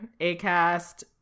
Acast